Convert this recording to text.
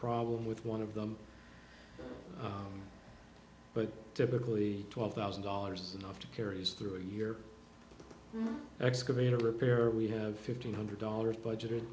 problem with one of them but typically twelve thousand dollars enough to carries through a year excavator repair we have fifteen hundred dollars budgeted